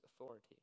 authority